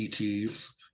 ETs